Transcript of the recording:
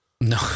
No